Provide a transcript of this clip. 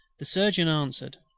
the surgeon answered,